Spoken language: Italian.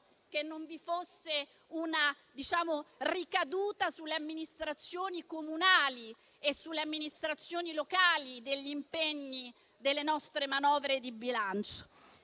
che non vi fosse una ricaduta sulle amministrazioni comunali e locali degli impegni delle nostre manovre di bilancio.